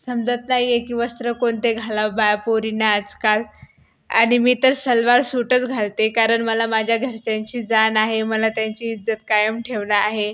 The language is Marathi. समजत नाही आहे की वस्त्र कोणते घाला बाय पोरींना आजकाल आणि मी तर सलवार सूटच घालते कारण मला माझ्या घरच्यांची जाण आहे मला त्यांची इज्जत कायम ठेवणं आहे